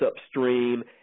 upstream